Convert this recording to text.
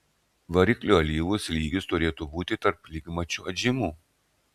variklio alyvos lygis turėtų būti tarp lygmačio atžymų